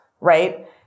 right